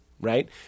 right